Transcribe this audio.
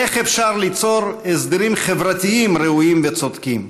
איך אפשר ליצור הסדרים חברתיים ראויים וצודקים?